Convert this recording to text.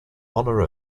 honor